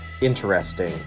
interesting